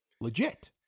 Legit